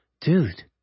dude